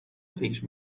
فکر